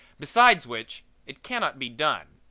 besides which it cannot be done.